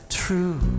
true